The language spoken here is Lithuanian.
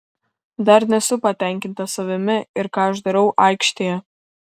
dar nesu patenkintas savimi ir ką aš darau aikštėje